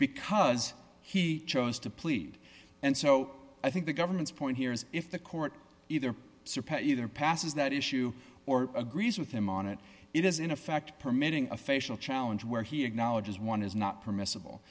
because he chose to plead and so i think the government's point here is if the court either surpass either passes that issue or agrees with him on it it is in effect permitting a facial challenge where he acknowledges one is not permissible